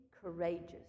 courageous